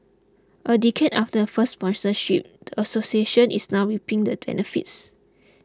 a decade after the first sponsorship the association is now reaping the benefits